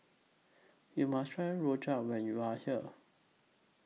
YOU must Try Rojak when YOU Are here